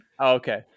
Okay